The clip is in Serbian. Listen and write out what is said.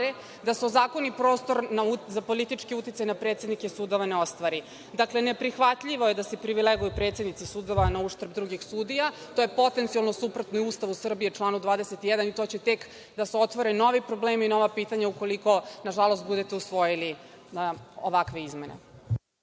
da se ozakoni prostor za politički uticaj za predsednike sudova ne ostvari? Dakle, neprihvatljivo je da se privileguju predsednici sudova na uštrb drugih sudija. To je potencijalno suprotno i Ustavu Srbije, članu 21. i to će tek da se otvore novi problemi i nova pitanja ukoliko, nažalost, budete usvojili ovakve izmene.